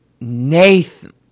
Nathan